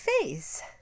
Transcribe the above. face